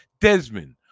Desmond